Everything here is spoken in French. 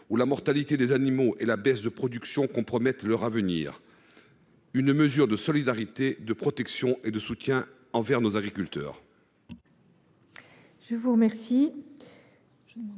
que la mortalité des animaux et la baisse de la production compromettent leur avenir. C’est donc une mesure de solidarité, de protection et de soutien envers nos agriculteurs